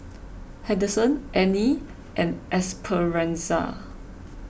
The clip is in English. Henderson Anie and Esperanza